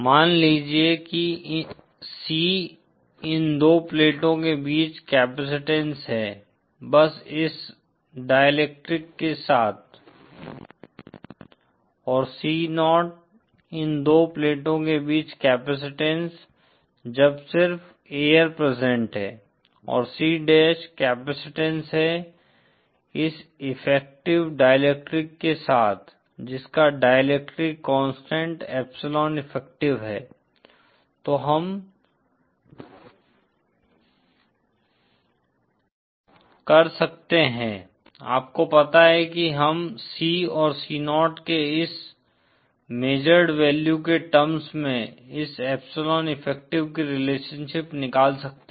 मान लीजिए कि C इन दो प्लेटों के बीच कैपैसिटंस है बस इस डाइलेक्ट्रिक्स के साथ और C0 इन दो प्लेटों के बीच कैपैसिटंस जब सिर्फ एयर प्रेजेंट है और C डैश कैपेसिटेंस है इस इफेक्टिव डाईइलेक्ट्रिक के साथ जिसका डाईइलेक्ट्रिक कांस्टेंट एप्सिलोन इफेक्टिव है तो हम कर सकते हैं आपको पता है कि हम C और C0 के इस मेझड वैल्यूज के टर्म्स में इस एप्सिलॉन इफेक्टिव की रिलेशनशिप निकाल सकते है